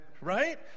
Right